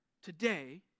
today